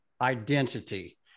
Identity